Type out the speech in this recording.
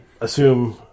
assume